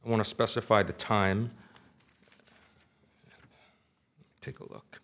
i want to specify the time take a look